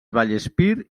vallespir